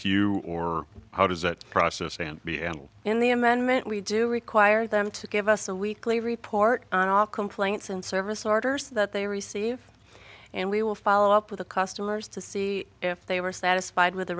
to you or how does that process and b and in the amendment we do require them to give us a weekly report on all complaints and service orders that they receive and we will follow up with the customers to see if they were satisfied with the